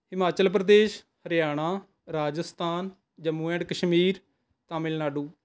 Himachal Pradesh Haryana Rajasthan Jammu and Kashmir Tamil Nadu